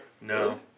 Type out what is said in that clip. No